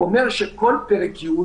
אומר שכל פרק י'